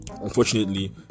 unfortunately